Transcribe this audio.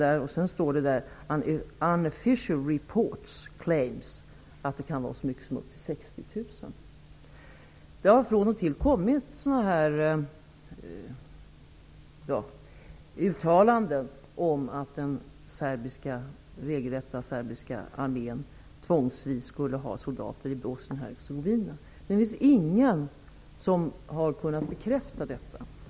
Vidare anförs att ''unofficial reports claim'' att det kan vara fråga om så många som 60 000. Det har från och till kommit uttalanden om att den regelrätta serbiska armén tvångsvis skulle sätta in soldater i Bosnien-Hercegovina. Ingen har kunnat bekräfta detta.